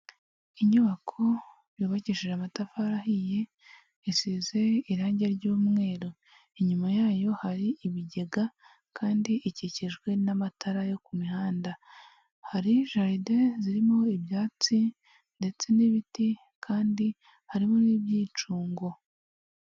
Inyubako yubakishijeje amatafari ahiye asize irangi ry'umweru, inyuma yayo hari ibigega kandi ikikijwe n'amatara yo ku mihanda, hari jaride zirimo ibyatsi ndetse n'ibiti kandi harimo n'ibyicungo.